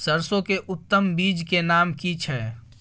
सरसो के उत्तम बीज के नाम की छै?